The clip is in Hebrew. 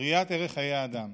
ראיית ערך חיי האדם.